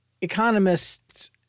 economists